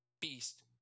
Beast